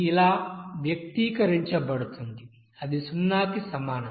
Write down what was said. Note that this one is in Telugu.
గా వ్యక్తీకరించబడుతుంది అది సున్నాకి సమానం